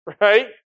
Right